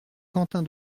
quentin